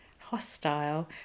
hostile